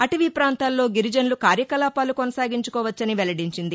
అటవీ ప్రాంతాల్లో గిరిజనులు కార్యకలాపాలు కొనసాగించుకోవచ్చని వెల్లడించింది